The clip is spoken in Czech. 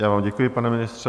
Já vám děkuji, pane ministře.